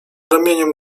ramieniem